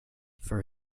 for